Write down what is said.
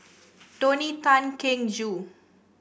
Tony Tan Keng Joo